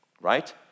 right